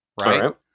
right